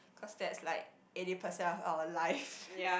cause that's like eighty percent of our life